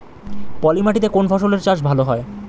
পলি মাটিতে কোন ফসলের চাষ ভালো হয়?